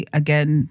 again